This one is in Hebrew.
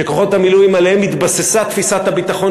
שעל כוחות המילואים התבססה תפיסת הביטחון